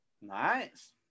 Nice